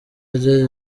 rye